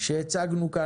שהצגנו כאן.